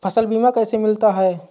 फसल बीमा कैसे मिलता है?